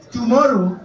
Tomorrow